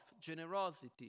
generosity